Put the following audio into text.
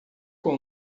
com